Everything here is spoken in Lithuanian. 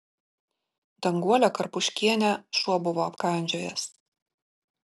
danguolę karpuškienę šuo buvo apkandžiojęs